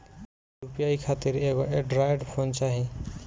UPI खातिर एगो android phone चाही